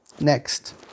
Next